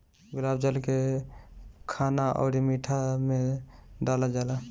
गुलाब जल के खाना अउरी मिठाई में डालल जाला